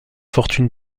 fortune